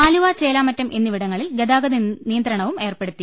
ആലുവ ചേലാമറ്റം എന്നിവിടങ്ങളിൽ ഗതാഗത നിയന്ത്രണവും ഏർപ്പെടുത്തി